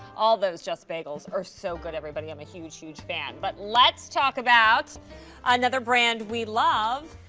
all of those just bagels are so good, everybody i am a huge, huge fan. but let's talk about another brand we love.